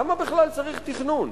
למה בכלל צריך תכנון?